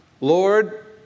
Lord